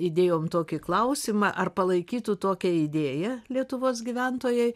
įdėjom tokį klausimą ar palaikytų tokią idėją lietuvos gyventojai